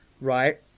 right